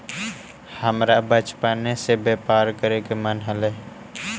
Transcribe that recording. हमरा बचपने से व्यापार करे के मन हलई